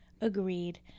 Agreed